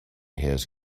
his